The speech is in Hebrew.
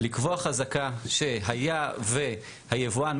לקבוע חזקה שהיה והיבואן,